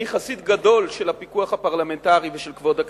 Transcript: אני חסיד גדול של הפיקוח הפרלמנטרי ושל כבוד הכנסת.